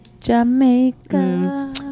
Jamaica